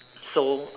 so